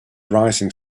rising